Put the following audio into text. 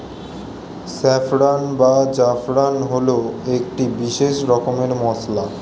saffron বা জাফরান হল একটি বিশেষ রকমের মশলা